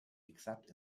except